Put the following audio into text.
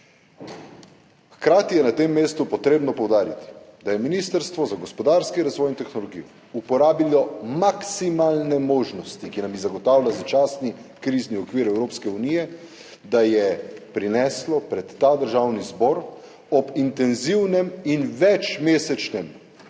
Hkrati je na tem mestu potrebno poudariti, da je Ministrstvo za gospodarski razvoj in tehnologijo uporabilo maksimalne možnosti, ki nam jih zagotavlja začasni krizni okvir Evropske unije, da je ob intenzivnem in večmesečnem